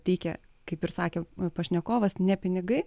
teikia kaip ir sakė pašnekovas ne pinigai